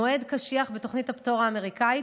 מועד קשיח בתוכנית הפטור האמריקאית,